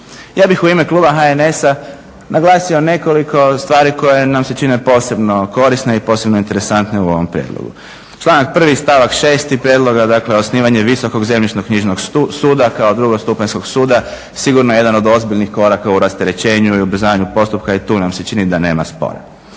Ja bih u ime kluba HNS-a naglasio nekoliko stvari koje nam se čine posebno korisne i posebno interesantne u ovom prijedlogu. Članak 1. stavak 6. prijedloga, dakle osnivanje Visokog zemljišno-knjižnog suda kao drugostupanjskog suda sigurno je jedan od ozbiljnih koraka u rasterećenju i ubrzanju postupka i tu nam se čini da nema spora.